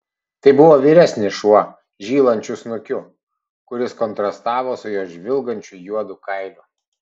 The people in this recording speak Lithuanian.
tai buvo vyresnis šuo žylančiu snukiu kuris kontrastavo su jo žvilgančiu juodu kailiu